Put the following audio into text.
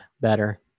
better